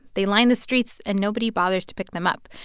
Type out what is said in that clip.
they line the streets, and nobody bothers to pick them up.